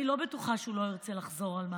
אני לא בטוחה שהוא לא ירצה לחזור על מעשיו.